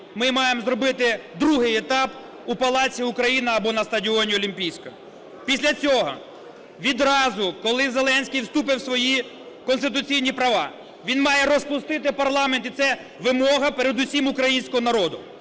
ми маємо зробити другий етап у Палаці "Україна" або на стадіоні "Олімпійський". Після цього відразу, коли Зеленський вступить в свої конституційні права, він має розпустити парламент, і це вимога передусім українського народу.